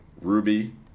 Ruby